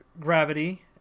gravity